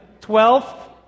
Twelfth